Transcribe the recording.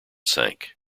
sank